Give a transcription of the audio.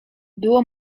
było